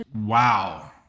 Wow